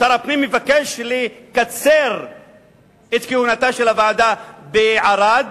שר הפנים מבקש לקצר את כהונתה של הוועדה בערד,